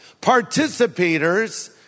Participators